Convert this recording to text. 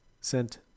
sent